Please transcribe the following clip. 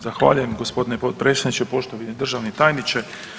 Zahvaljujem gospodine potpredsjedniče, poštovani državni tajniče.